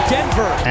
Denver